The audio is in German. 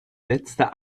letzte